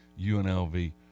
UNLV